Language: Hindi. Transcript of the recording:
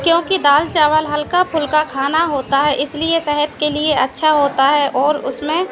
क्योंकि दाल चावल हल्का फुल्का खाना होता है इसलिए सेहत के लिए अच्छा होता है और उसमें